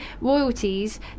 royalties